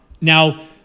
Now